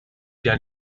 der